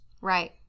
right